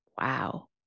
Wow